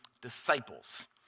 disciples